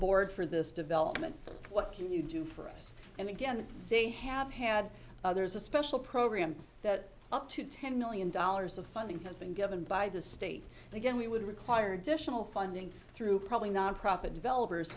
board for this development what can you do for us and again they have had others a special program that up to ten million dollars of funding cuts and given by the state again we would require additional funding through probably nonprofit developers